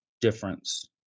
difference